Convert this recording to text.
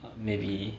maybe